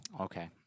Okay